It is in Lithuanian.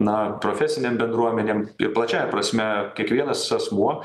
na profesinėm bendruomenėm ir plačiąja prasme kiekvienas asmuo